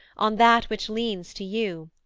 on that which leans to you.